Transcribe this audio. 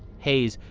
haise